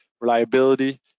reliability